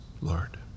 Lord